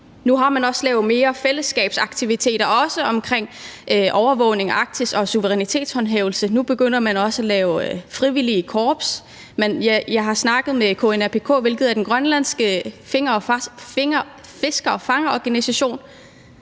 Nu har man også lavet flere fællesskabsaktiviteter omkring overvågningen af Arktis og suverænitetshåndhævelsen. Nu begynder man også at lave frivillige korps. Jeg har snakket med KNAPK, hvilket er den grønlandske fisker- og fangerorganisation,